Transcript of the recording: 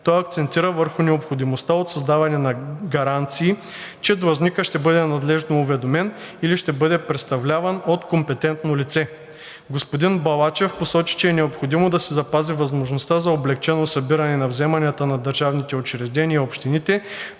Той акцентира върху необходимостта от създаване на гаранции, че длъжникът ще бъде надлежно уведомен или ще бъде представляван от компетентно лице. Господин Балачев посочи, че е необходимо да се запази възможността за облекчено събиране на вземанията на държавните учреждения и общините